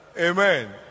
Amen